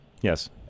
Yes